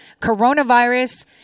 coronavirus